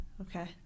Okay